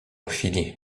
chwili